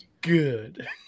Good